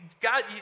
God